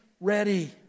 ready